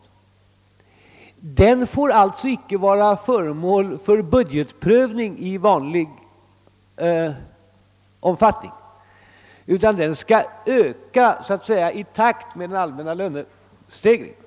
Denna ersättning får alltså inte bli föremål för budgetprövning i vanlig ordning utan den skall så att säga öka i takt med den allmänna lönestegringen.